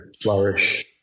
flourish